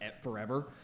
forever